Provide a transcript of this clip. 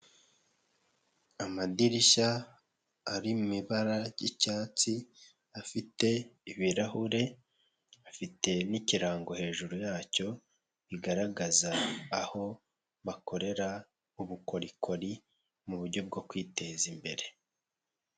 Amadirishya ari mu ibara ry'icyatsi afite ibirahure afite n'ikirango hejuru yacyo bigaragaza aho bakorera ubukorikori mu buryo bwo kwiteza imbere.